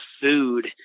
food